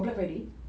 for black friday